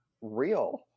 real